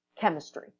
chemistry